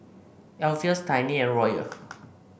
Alpheus Tiny and Royal